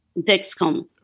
Dexcom